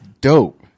dope